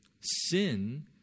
Sin